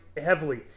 heavily